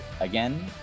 again